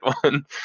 one